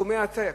סכומי עתק,